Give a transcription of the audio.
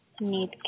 need